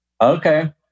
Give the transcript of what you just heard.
Okay